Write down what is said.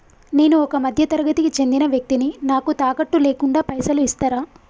నేను ఒక మధ్య తరగతి కి చెందిన వ్యక్తిని నాకు తాకట్టు లేకుండా పైసలు ఇస్తరా?